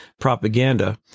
propaganda